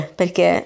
perché